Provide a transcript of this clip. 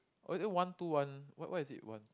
or is it one two one why why is it one